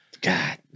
God